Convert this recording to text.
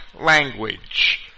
language